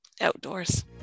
outdoors